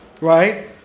Right